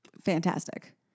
fantastic